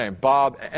Bob